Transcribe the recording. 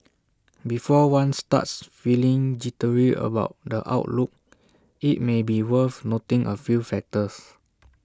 before one starts feeling jittery about the outlook IT may be worth noting A few factors